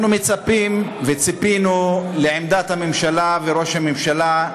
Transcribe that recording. אנחנו מצפים, וציפינו, לעמדת הממשלה וראש הממשלה,